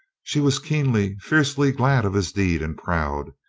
she was keenly, fiercely glad of his deed and proud.